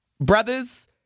brothers